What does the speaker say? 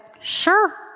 sure